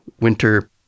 winter